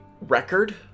record